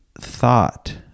thought